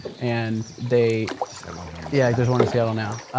and they just had one here in yeah, there's one in seattle now.